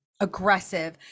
aggressive